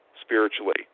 spiritually